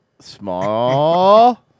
Small